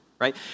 right